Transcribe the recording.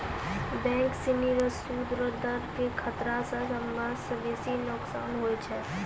bank सिनी रो सूद रो दर के खतरा स सबसं बेसी नोकसान होय छै